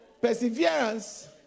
Perseverance